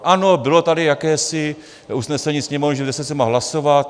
Ano, bylo tady jakési usnesení Sněmovny, že v deset se má hlasovat.